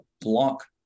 block